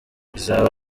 izaba